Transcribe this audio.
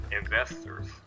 investors